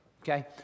okay